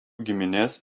giminės